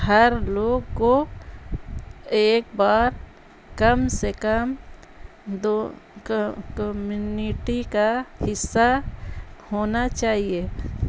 ہر لوگ کو ایک بار کم سے کم دو کمینیٹی کا حصہ ہونا چاہیے